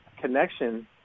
connection